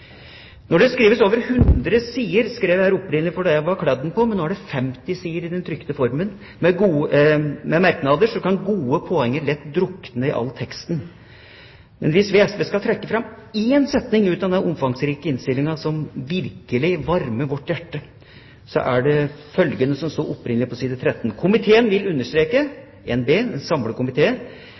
Når det skrives over 100 sider – det skrev jeg her opprinnelig, for det var det i kladden, men nå er det 50 sider i den trykte formen – med merknader, så kan gode poenger lett drukne i all teksten. Men hvis vi i SV skal trekke fram én setning ut av denne omfangsrike innstillingen som virkelig varmer våre hjerter, så er det følgende: «Komiteen vil understreke» NB! – en